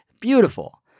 Beautiful